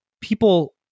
people